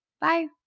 Bye